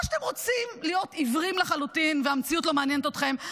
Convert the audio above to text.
או שאתם רוצים להיות עיוורים לחלוטין והמציאות לא מעניינת אתכם.